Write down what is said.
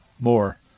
more